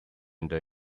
under